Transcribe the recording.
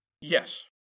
Yes